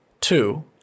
Two